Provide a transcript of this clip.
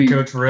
Coach